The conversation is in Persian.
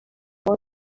باز